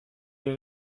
les